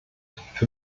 für